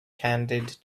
candied